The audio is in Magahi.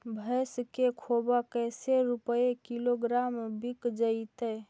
भैस के खोबा कैसे रूपये किलोग्राम बिक जइतै?